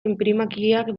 inprimakiak